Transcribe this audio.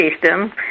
system